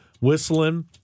whistling